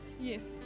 Yes